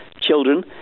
children